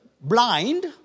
blind